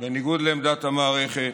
בניגוד לעמדת המערכת,